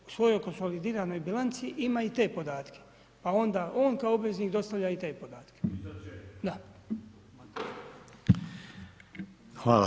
U svojoj konsolidiranoj bilanci ima i te podatke, pa onda on kao obveznik dostavlja i te podatke [[Upadica: I za kćeri?]] Da.